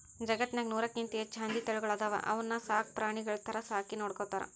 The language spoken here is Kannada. ಜಗತ್ತ್ನಾಗ್ ನೂರಕ್ಕಿಂತ್ ಹೆಚ್ಚ್ ಹಂದಿ ತಳಿಗಳ್ ಅದಾವ ಅವನ್ನ ಸಾಕ್ ಪ್ರಾಣಿಗಳ್ ಥರಾ ಸಾಕಿ ನೋಡ್ಕೊತಾರ್